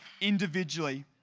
individually